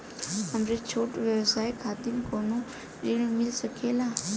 हमरे छोट व्यवसाय खातिर कौनो ऋण मिल सकेला?